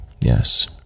Yes